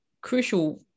crucial